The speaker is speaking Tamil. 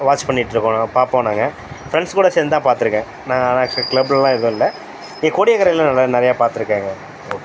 வாட்ச் பண்ணிகிட்ருப்போம் பார்ப்போம் நாங்கள் ஃப்ரெண்ட்ஸ்கூட சேர்ந்து தான் பார்த்துருக்கேன் நான் ஆக்ஷுவலி க்ளப்லலாம் எதுவும் இல்லை இங்கே கோடியக்கரையில் நல்ல நிறைய பார்த்துருக்கேங்க ஓகே